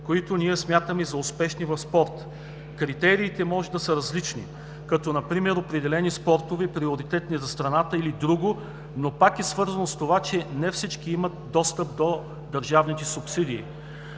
които ние смятаме за успешни в спорта. Критериите може да са различни, като например определени спортове, приоритетни за страната или друго, но пак е свързано с това, че не всички имат достъп до държавните субсидии.